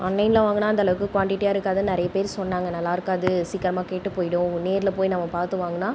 ஆன்லைனில் வாங்கினா அந்தளவுக்கு குவான்டிட்டியாக இருக்காதுன்னு நிறையா பேர் சொன்னாங்க நல்லாயிருக்காது சீக்கிரமாக கெட்டுப்போய்டும் நேரில் போய் நம்ம பார்த்து வாங்கினா